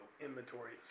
inventory